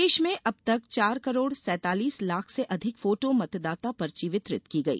प्रदेश में अब तक चार करोड़ सेंतालीस लाख से अधिक फोटो मतदाता पर्ची वितरित की गई